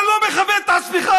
אתה לא מכבד את עצמך.